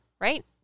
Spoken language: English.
right